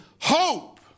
hope